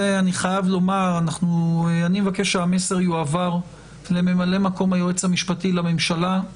אני מבקש שהמסר יועבר לממלא-מקום היועץ המשפטי לממשלה,